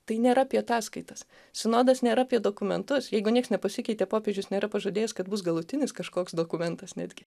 tai nėra apie ataskaitas sinodas nėra apie dokumentus jeigu nieks nepasikeitė popiežius nėra pažadėjęs kad bus galutinis kažkoks dokumentas netgi